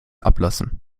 ablassen